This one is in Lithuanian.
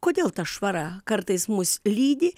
kodėl ta švara kartais mus lydi